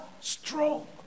strong